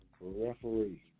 referee